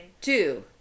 Two